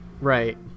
Right